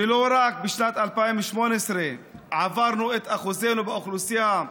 ולא רק, בשנת 2018 עברנו את אחוזינו באוכלוסייה,